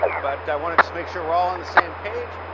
but i want to just make sure we're all on the same page.